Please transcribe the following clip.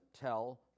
tell